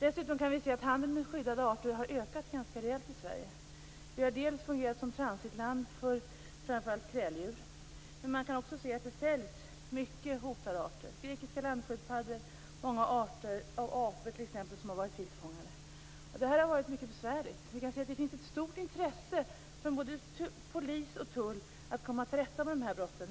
Dessutom kan vi se att handeln med skyddade arter har ökat ganska rejält i Sverige. Vi har dels fungerat som transitland för framför allt kräldjur. Men man kan också se att det säljs många hotade arter, t.ex. grekiska landsköldpaddor och många arter av apor som fångats i det vilda. Det här har varit mycket besvärligt. Det finns ett stort intresse från både polis och tull att komma till rätta med de här brotten.